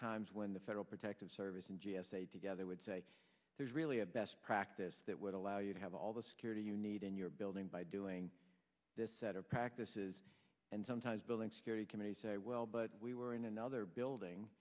times when the federal protective service and g s a together would say there's really a best practice that would allow you to have all the security you need in your building by doing this set of practices and sometimes building security committee say well but we were in another building